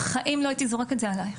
'בחיים לא הייתי זורק את זה עלייך',